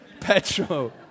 Petrol